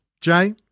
Jay